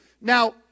Now